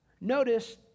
Notice